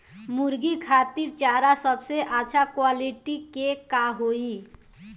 मुर्गी खातिर चारा सबसे अच्छा क्वालिटी के का होई?